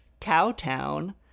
Cowtown